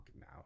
now